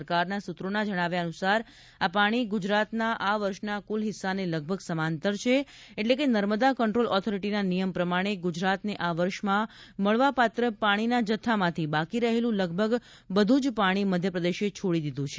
સરકારના સૂત્રોના જણાવ્યા અનુસાર આ પાણી ગુજરાતના આ વર્ષના કુલ હિસ્સાને લગભગ સમાંતર છે એટલે કે નર્મદા કંટ્રોલ ઓથોરીટીના નિયમ પ્રમાણે ગુજરાતને આ વર્ષમાં મળવાપાત્ર પાણીના જથ્થામાંથી બાકી રહેલું લગભગ બધું જ પાણી મધ્યપ્રદેશે છોડી દીધું છે